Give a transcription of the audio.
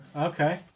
Okay